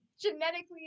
Genetically